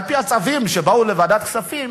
על-פי הצווים שבאו לוועדת הכספים,